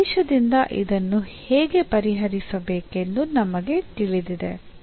ಈ ಆದೇಶದಿಂದ ಇದನ್ನು ಹೇಗೆ ಪರಿಹರಿಸಬೇಕೆಂದು ನಮಗೆ ತಿಳಿದಿದೆ